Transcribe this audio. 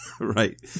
Right